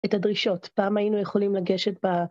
את הדרישות. פעם היינו יכולים לגשת ב...